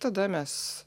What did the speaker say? tada mes